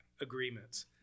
agreements